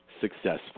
successful